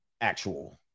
actual